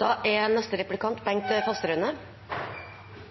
Venstre og representanten Gunnes er